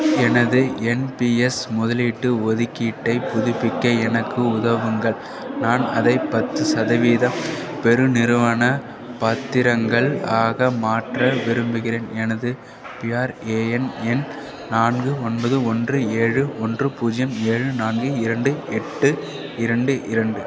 எனது N P S முதலீட்டு ஒதுக்கீட்டைப் புதுப்பிக்க எனக்கு உதவுங்கள் நான் அதை பத்து சதவீதம் பெருநிறுவனப் பத்திரங்கள் ஆக மாற்ற விரும்புகிறேன் எனது பிஆர்ஏஎன் எண் நான்கு ஒன்பது ஒன்று ஏழு ஒன்று பூஜ்ஜியம் ஏழு நான்கு இரண்டு எட்டு இரண்டு இரண்டு